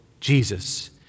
Jesus